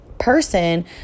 person